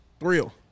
real